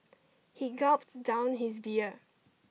he gulped down his beer